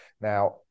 Now